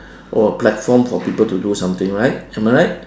or a platform for people to do something right am I right